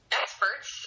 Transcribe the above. experts